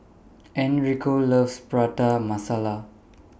Enrico loves Prata Masala